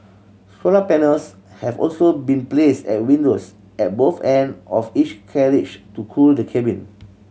solar panels have also been placed at windows at both end of each carriage to cool the cabin